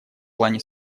плане